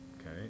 Okay